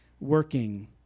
working